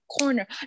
corner